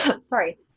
sorry